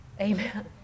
Amen